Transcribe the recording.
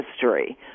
history